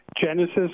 Genesis